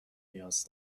نیاز